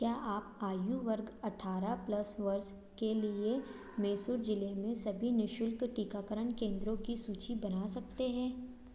क्या आप आयु वर्ग अठारह प्लस वर्ष के लिए मैसूर ज़िले में सभी निश्शुल्क टीकाकरण केंद्रों की सूचि बना सकते हैं